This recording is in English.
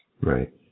Right